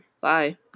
Bye